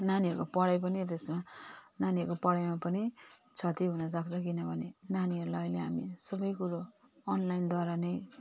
नानीहरूको पढाइ पनि त्यसमा नानीहरूको पढाइमा पनि क्षति हुन सक्छ किनभने नानीहरूलाई अहिले हामी सबै कुरो अनलाइनद्वारा नै